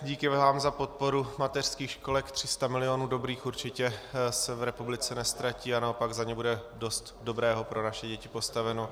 Díky vám za podporu mateřských školek, 300 milionů dobrých, určitě se v republice neztratí a naopak za ně bude dost dobrého pro naše děti postaveno.